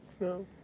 No